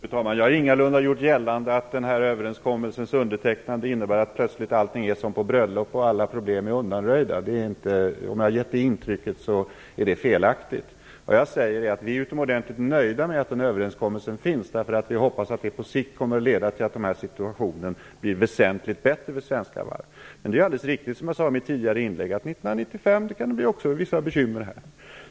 Fru talman! Jag har ingalunda gjort gällande att undertecknandet av denna överenskommelse innebär att plötsligt allting är som på ett bröllop, dvs. att alla problem är undanröjda. Om jag har gett det intrycket är det felaktigt. Vad jag säger är att vi är utomordentligt nöjda med att överenskommelsen finns. Vi hoppas att det på sikt kommer att leda till att situationen blir väsentligt bättre för svenska varv. Men det är så som jag sade i mitt inlägg att det under 1995 kan bli vissa bekymmer.